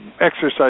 exercise